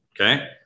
Okay